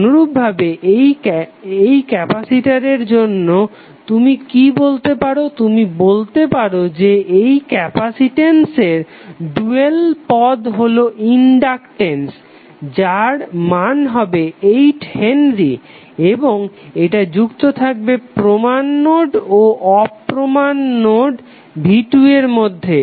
অনুরূপভাবে এই ক্যাপাসিটরটির জন্য তুমি কি বলতে পারো তুমি বলতে পারো যে এই ক্যাপাসিটেন্সের ডুয়াল পদ হলো ইনডাকটেন্স যার মান হবে 8 হেনরি এবং এটা যুক্ত থাকবে প্রমান নোড ও অপ্রমান নোড v2 এর মধ্যে